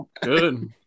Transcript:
good